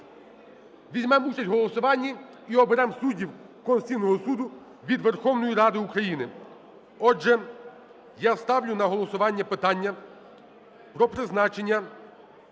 візьмемо участь в голосуванні і оберемо суддів Конституційного Суду від Верховної Ради України. Отже, я ставлю на голосування питання про призначення